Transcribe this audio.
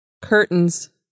curtains